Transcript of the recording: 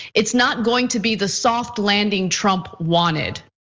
it's not going to be the soft landing trump wanted.